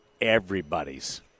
everybody's